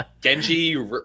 Genji